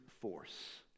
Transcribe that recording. force